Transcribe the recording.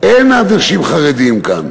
אין אנשים חרדים כאן,